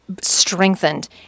strengthened